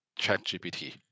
ChatGPT